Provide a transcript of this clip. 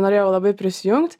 norėjau labai prisijungt